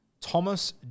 thomas